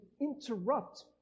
interrupt